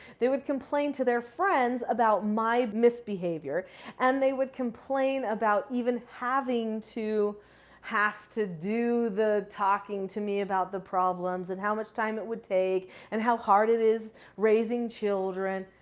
they would complain to their friends about my misbehavior and they would complain about even having to have to do the talking to me about the problems and how much time it would take and how hard it is raising children.